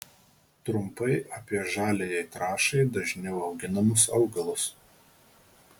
trumpai apie žaliajai trąšai dažniau auginamus augalus